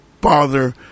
father